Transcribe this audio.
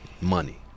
Money